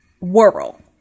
world